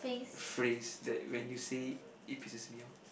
phrase that when you say it it pisses me off